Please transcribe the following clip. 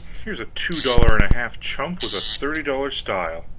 here's a two-dollar-and-a-half chump with a thirty-dollar style.